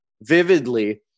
vividly